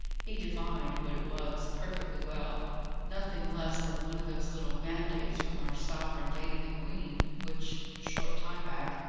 he divined what it was, perfectly well nothing less than one of those little mandates from our sovereign lady the queen, which, a short time back,